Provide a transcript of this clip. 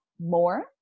more